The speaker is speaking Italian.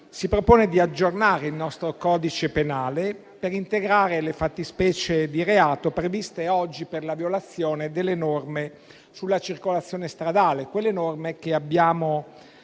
si propone di aggiornare il nostro codice penale per integrare le fattispecie di reato previste oggi per la violazione delle norme sulla circolazione stradale, in caso